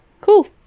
cool